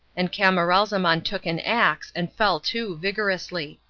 and camaralzaman took an axe and fell to vigorously.